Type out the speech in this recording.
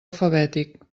alfabètic